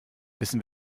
wissen